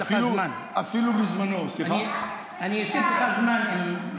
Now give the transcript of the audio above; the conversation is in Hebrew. אפילו בזמנו, אני אוסיף לך זמן.